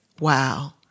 wow